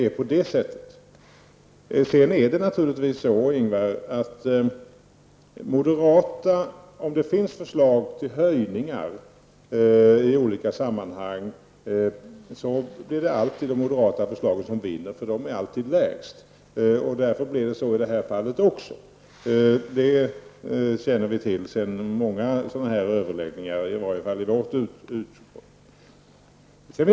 Om det finns förslag till höjningar i olika sammanhang blir det alltid de moderata förslagen som vinner, eftersom de alltid är lägst. Därför blir det så i det här fallet också. Det känner vi till från många sådana här överläggningar, åtminstone i vårt utskott.